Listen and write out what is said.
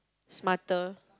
smarter